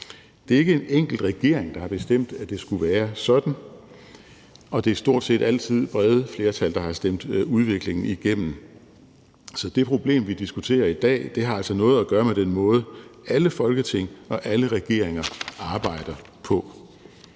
Det er ikke en enkelt regering, der har bestemt, at det skulle være sådan, og det er stort set altid brede flertal, der har stemt udviklingen igennem, så det problem, vi diskuterer i dag, har altså noget at gøre med den måde, alle Folketing og alle regeringer arbejder på.